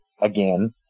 again